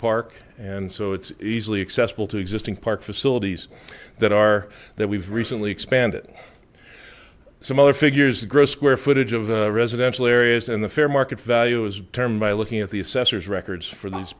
park and so it's easily accessible to existing park facilities that are that we've recently expanded some other figures the gross square footage of the residential areas in the fair market value is determined by looking at the assessor's records for th